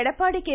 Edappadi K